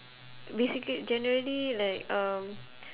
basically generally like um